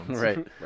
Right